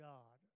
God